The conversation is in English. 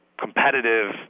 competitive